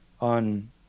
on